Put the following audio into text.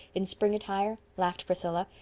in spring attire? laughed priscilla.